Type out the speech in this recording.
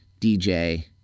DJ